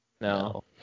No